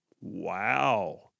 Wow